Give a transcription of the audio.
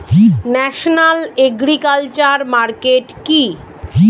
National agriculture market কি?